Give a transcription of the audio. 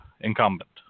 incumbent